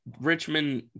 Richmond